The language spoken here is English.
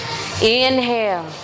inhale